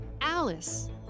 Alice